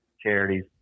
charities